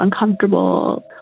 uncomfortable